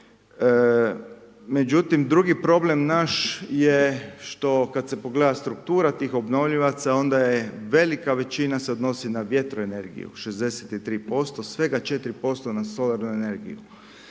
međutim, drugi problem naš je što kada se pogleda struktura tih obnovljivima, onda je velika većina se odnosi na vjetroenergiju, 63% svega 4% na solarnu energiju.